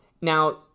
Now